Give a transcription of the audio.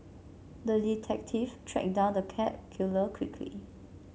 the detective tracked down the cat killer quickly